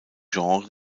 genre